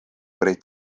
priit